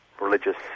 religious